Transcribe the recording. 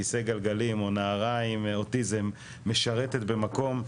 בכיסא גלגלים או נערה עם אוטיזם משרתת במקום,